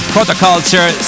Protoculture